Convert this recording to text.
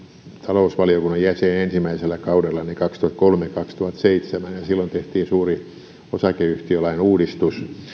talousvaliokunnan jäsen ensimmäisellä kaudellani kaksituhattakolme viiva kaksituhattaseitsemän ja silloin tehtiin suuri osakeyhtiölain uudistus